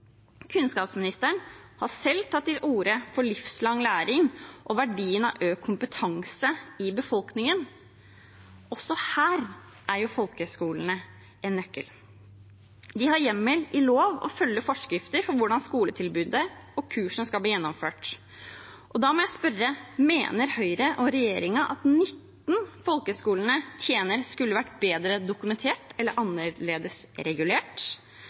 Kunnskapsministeren har selv tatt til orde for livslang læring og verdien av økt kompetanse i befolkningen. Også her er folkehøgskolene en vekker. De har hjemmel i lov og følger forskrifter for hvordan skoletilbudet og kursene skal bli gjennomført. Og da må jeg spørre: Mener Høyre og regjeringen at nytten folkehøgskolene tjener, skulle vært bedre dokumentert eller annerledes regulert?